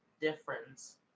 difference